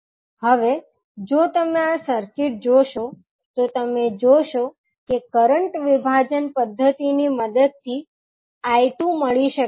હવે જો તમે આ સર્કિટ જોશો તો તમે જોશો કે કરંટ વિભાજન પદ્ધતિની મદદથી 𝐼2 મળી શકે છે